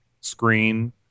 screen